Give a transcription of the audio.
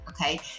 Okay